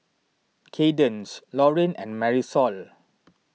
Cadence Lauryn and Marisol